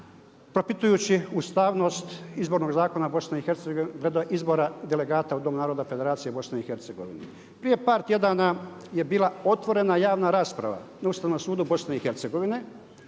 propitujući ustavnost Izbornog zakona Bosne i Hercegovine … izbora delegata u Dom narodne Federacije Bosne i Hercegovine. Prije par tjedana je bila otvorena javna rasprava na Ustavnom sudu Bosne